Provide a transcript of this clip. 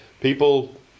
people